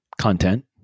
Content